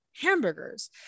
hamburgers